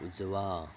उजवा